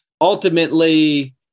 ultimately